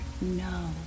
no